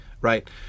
right